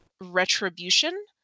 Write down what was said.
retribution